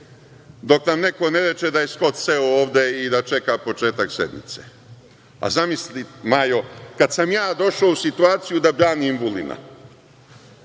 dok nam neko ne reče da je Skot seo ovde i da čeka početak sednice. A, zamisli Majo, kada sam ja došao u situaciju da branim Vulina,